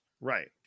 Right